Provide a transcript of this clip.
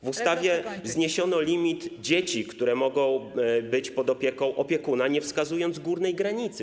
W ustawie zniesiono limit dzieci, które mogą być pod opieką opiekuna, nie wskazując górnej granicy.